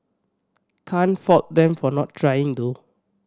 can't fault them for not trying though